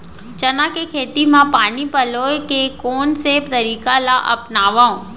चना के खेती म पानी पलोय के कोन से तरीका ला अपनावव?